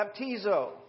baptizo